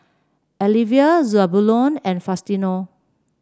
Alivia Zebulon and Faustino